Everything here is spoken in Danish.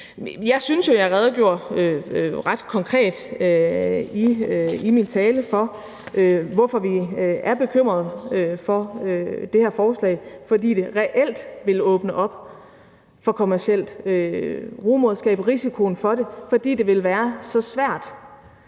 Jeg synes jo, jeg i min tale ret konkret redegjorde for, hvorfor vi er bekymrede for det her forslag. Det er vi, fordi det reelt vil åbne op for kommercielt rugemoderskab, og risikoen for det, fordi det vil være så svært